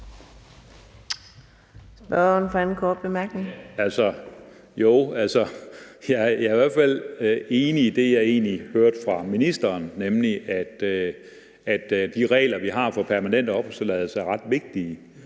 jeg i hvert fald enig i det, jeg egentlig hørte fra ministeren, nemlig at de regler, vi har for permanent opholdstilladelse, er ret vigtige,